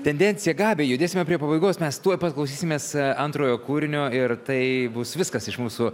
tendencija gabija judėsime prie pabaigos mes tuoj pat klausysimės antrojo kūrinio ir tai bus viskas iš mūsų